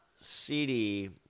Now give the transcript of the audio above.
CD